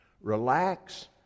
Relax